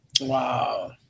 Wow